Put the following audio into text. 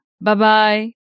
Bye-bye